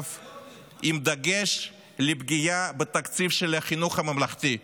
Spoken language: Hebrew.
בדגש על פגיעה בתקציב החינוך הממלכתי,